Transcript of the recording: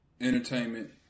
entertainment